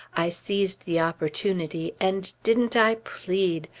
i seized the opportunity, and didn't i plead!